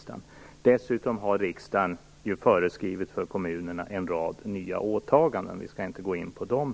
Dessutom har riksdagen föreskrivit en rad nya åtaganden för kommunerna. Vi skall nu inte här gå in på dem.